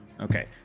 Okay